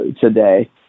today